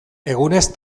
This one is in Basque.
egunez